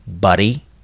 buddy